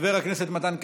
חבר הכנסת מתן כהנא,